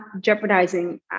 jeopardizing